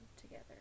together